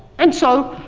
and so,